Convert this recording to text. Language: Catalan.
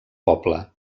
poble